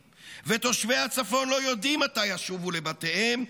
ותושבי הצפון לא יודעים מתי יחזרו לבתיהם,